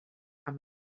amb